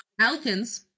Alkins